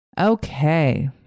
Okay